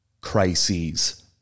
Crises